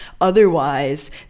Otherwise